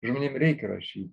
žmonėm reikia rašyti